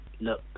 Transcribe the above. look